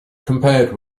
compared